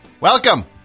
welcome